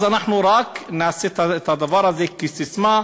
אז אנחנו נעשה את הדבר הזה רק כססמה,